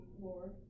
Lord